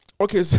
okay